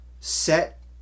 set